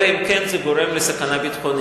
אלא אם כן זה גורם לסכנה ביטחונית,